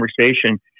conversation